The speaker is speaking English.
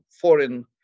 foreign